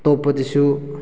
ꯑꯇꯣꯞꯄꯗꯁꯨ